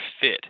fit